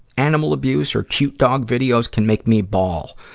animal abuse or cute dog videos can make me bawl.